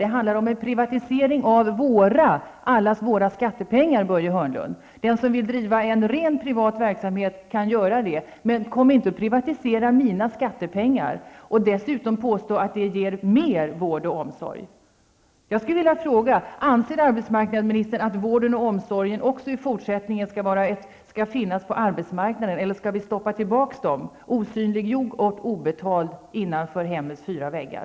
Det handlar om en privatisering av allas våra skattepengar, Börje Hörnlund. Den som vill driva en rent privat verksamhet kan göra det. Men kom inte och privatisera mina skattepengar och dessutom påstå att det ger mer vård och omsorg! Jag skulle vilja fråga: Anser arbetsmarknadsministern att vården och omsorgen också i fortsättningen skall finnas på arbetsmarknaden, eller skall vi stoppa tillbaka dessa verksamheter, osynliggjorda och obetalda, innanför hemmets fyra väggar?